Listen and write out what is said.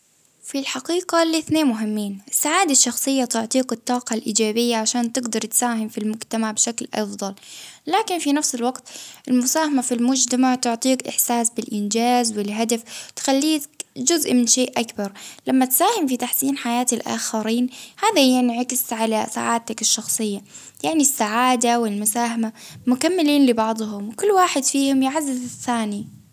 في الحقيقة الإثنين مهمين، السعادة الشحصية تعطيك الطاقة الإيجابية عشان تقدر تساهم في المجتمع بشكل أفضل، لكن في نفس الوقت المساهمة في المجتمعات تعطيك إحساس بالإنجاز والهدف، تخليك جزء من شيء أكبر، لما تساهم في تحسين حياة الآخرين، هذا ينعكس على سعادتك الشخصية، يعني السعادة والمساهمة مكملين لبعضهم كل واحد فيهم يعزز الثاني.